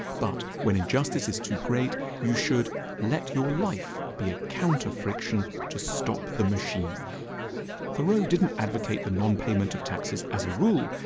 but when injustice is too great, you should let your life be a counter-friction to stop the machine thoreau didn't advocate the non-payment of taxes as a rule,